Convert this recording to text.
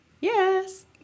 Yes